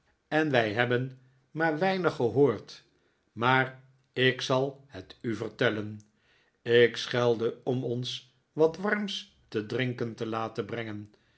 en wij hebben maar weinig gehoord maar ik zal het u vertellen ik schelde om ons wat warms te drinken te laten brengen